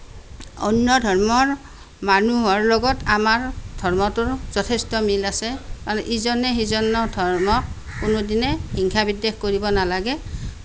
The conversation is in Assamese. অন্য ধৰ্মৰ মানুহৰ লগত আমাৰ ধৰ্মটোৰ যথেষ্ট মিল আছে আৰু ইজনে সিজনৰ ধৰ্মক কোনোদিনে হিংসা বিদ্বেষ কৰিব নালাগে